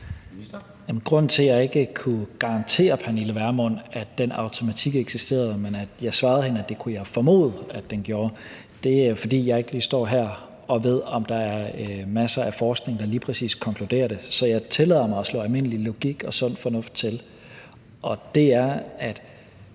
grunden til, at jeg ikke kunne garantere Pernille Vermund, at den automatik eksisterede, men svarede hende, at det kunne jeg formode at den gjorde, er, at jeg ikke lige står her og ved, om der er masser af forskning, der lige præcis konkluderer det. Så jeg tillader mig at slå almindelig logik og sund fornuft til. Mennesker